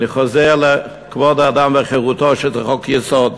אני חוזר לכבוד האדם וחירותו, שזה חוק-יסוד.